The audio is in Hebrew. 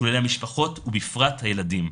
שיקולי המשפחות ובפרט הילדים.